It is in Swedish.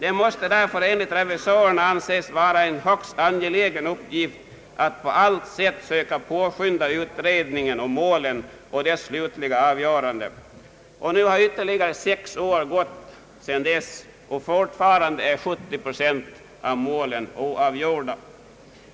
Enligt revisorerna måste det därför anses vara en högst angelägen uppgift att på alla sätt söka påskynda utredningen i målen och ärendenas slutliga avgörande. Nu har ytterligare sex är gått sedan dess och alltjämt är 70 procent av målen oavgjorda.